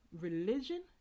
religion